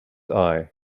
eye